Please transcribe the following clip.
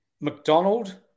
McDonald